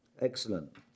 Excellent